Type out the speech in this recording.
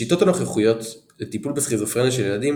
השיטות הנוכחיות לטיפול בסכיזופרניה של ילדים